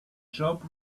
job